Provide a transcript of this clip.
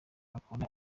ukabona